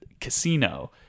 casino